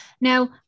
Now